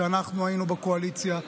כשאנחנו היינו בקואליציה,